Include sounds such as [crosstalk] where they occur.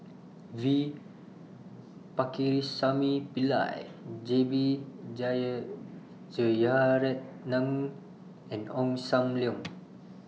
V Pakirisamy Pillai J B [unintelligible] Jeyaretnam and Ong SAM Leong